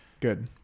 Good